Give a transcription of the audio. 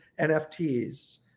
NFTs